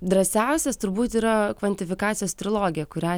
drąsiausias turbūt yra kvantifikacijos trilogija kuria